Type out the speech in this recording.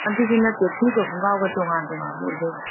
ꯑꯗꯗꯨꯤ ꯅꯪꯇꯦ ꯐꯨꯔꯤꯠꯀ ꯈꯪꯒ꯭ꯔꯥꯎꯒ ꯇꯣꯉꯥꯟ ꯇꯣꯉꯥꯟꯕ ꯑꯣꯏꯗꯣꯏꯕ